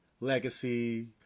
legacy